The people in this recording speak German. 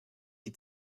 die